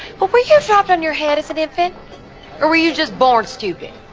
hope we can stop on your head as an infant or were you just born stupid